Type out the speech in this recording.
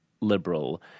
liberal